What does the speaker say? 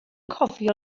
cofio